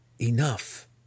Enough